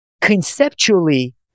Conceptually